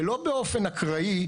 ולא באופן אקראי,